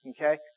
okay